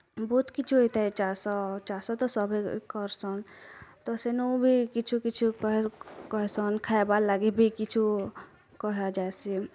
ବହୁତ କିଛି ହୋଇଥାଏ ଚାଷ ଚାଷ ତ ସଭେଁ କରସନ୍ ତ ସେନୁଭିଁ କିଛି କିଛି ଉପାୟ କହିସନ୍ ଖାଇବାର୍ ଲାଗିଭିଁ କିଛି କହାଯାଏସି